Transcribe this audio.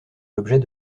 l’objet